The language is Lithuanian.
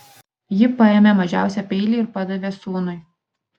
ji paėmė mažiausią peilį ir padavė sūnui